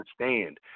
understand